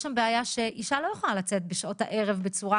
יש שם בעיה שאישה לא יכולה לצאת בשעות הערב בצורה